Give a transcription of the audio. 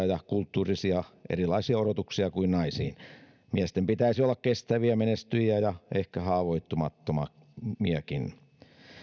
ja kulttuurisesti erilaisia odotuksia kuin naisiin miesten pitäisi olla kestäviä menestyjiä ja ehkä haavoittumattomiakin